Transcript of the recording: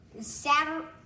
Saturday